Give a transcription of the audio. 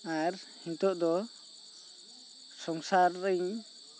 ᱟᱨ ᱱᱤᱛᱚᱜ ᱫᱚ ᱥᱚᱝᱥᱟᱨ ᱨᱮᱧ